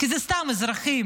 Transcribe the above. כי אלה סתם אזרחים,